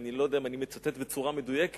ואני לא יודע אם אני מצטט בצורה מדויקת: